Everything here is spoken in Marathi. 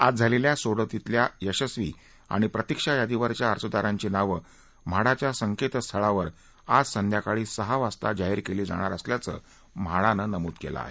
आज झालेल्या सोडतीमधल्या यशस्वी आणि प्रतीक्षा यादीवरच्या अर्जदारांची नावं म्हाडाच्या संकेतस्थळावर आज संध्याकाळी सहा वाजता जाहीर केली जाणार असल्याचं म्हाडानं नमुद केलं आहे